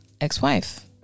ex-wife